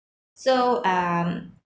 so um